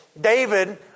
David